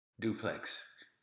Duplex